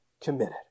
committed